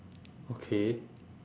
okay